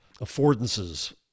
affordances